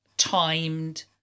timed